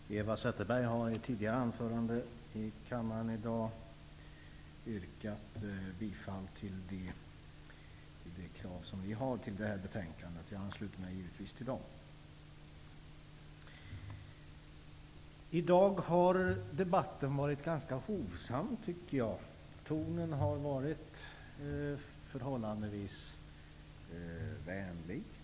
Herr talman! Eva Zetterberg har tidigare här i dag yrkat bifall till de krav som presenteras i vår meningsyttring, som är fogad till detta betänkande. Jag ansluter mig givetvis till detta yrkande. I dag har debatten varit ganska hovsam, tycker jag. Tonen har varit förhållandevis vänlig.